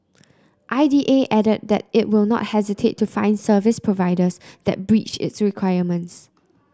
I D A added that it will not hesitate to fine service providers that breach its requirements